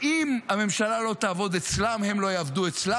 אם הממשלה לא תעבוד אצלם, הם לא יעבדו אצלה.